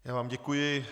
Já vám děkuji.